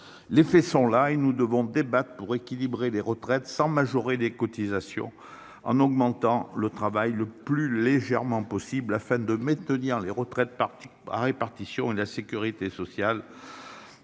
Les faits sont là, et nous devons débattent pour équilibrer les retraites sans majorer les cotisations en augmentant le travail le plus légèrement possible afin de maintenir les retraites parti à répartition et la sécurité sociale.